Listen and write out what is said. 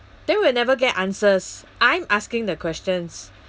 then we'll never get answers I'm asking the questions